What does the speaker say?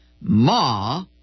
Ma